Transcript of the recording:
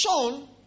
shown